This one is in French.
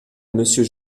monsieur